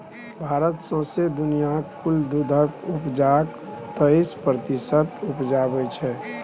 भारत सौंसे दुनियाँक कुल दुधक उपजाक तेइस प्रतिशत उपजाबै छै